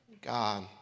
God